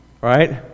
right